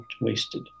wasted